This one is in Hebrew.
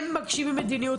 הם מגשימים מדיניות,